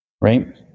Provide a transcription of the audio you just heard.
Right